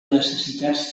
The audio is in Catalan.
necessitats